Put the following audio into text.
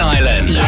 Island